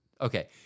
Okay